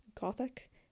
gothic